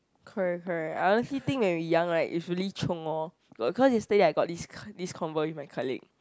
correct correct I honestly think that we young right it's really chiong lor cause yesterday I got this co~ convo with my colleague